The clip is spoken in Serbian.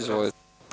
Izvolite.